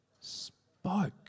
spoke